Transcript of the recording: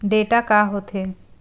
Data का होथे?